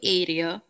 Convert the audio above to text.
area